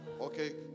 Okay